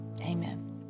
Amen